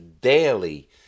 daily